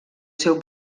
seu